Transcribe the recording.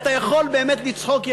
אתה יכול באמת לצחוק,